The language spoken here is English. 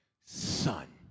son